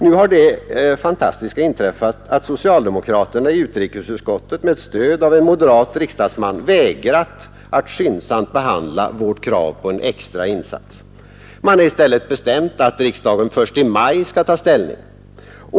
Nu har det fantastiska inträffat att socialdemokraterna i utrikesutskottet med stöd av en moderat riksdagsman vägrat att skyndsamt behandla vårt krav på en extra insats. Man har i stället bestämt att riksdagen först i maj skall ta ställning.